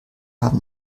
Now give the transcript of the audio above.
haben